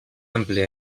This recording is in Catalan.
ampliar